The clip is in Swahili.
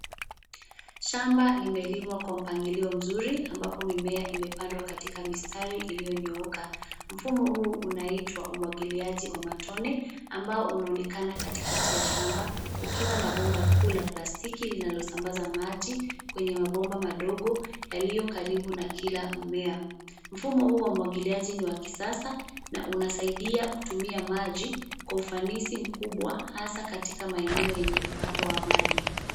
Shamba limelimwa kwa mpangilio mzuri ambapo mimea imepandwa katika mistari iliyonyooka. Mfumo huu unaitwa umwagiliaji wa matone, ambao unaonekana katikati ya shamba, ukiwa na bomba kuu la plastiki, linalosambaza maji kwenye mabomba madogo yaliyo karibu na kila mmea. Mfumo huu wamwagiliaji ni wa kisasa, na unasaidia kutumia maji kwa ufanisi mkubwa hasa katika maeneo yenye uhaba wa maji.